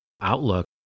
outlook